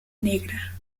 negra